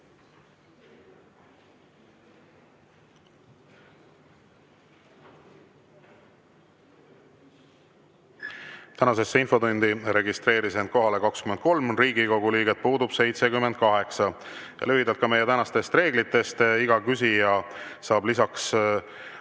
Tänasesse infotundi registreeris end kohalolijaks 23 Riigikogu liiget, puudub 78. Lühidalt meie tänastest reeglitest. Iga küsija saab lisaks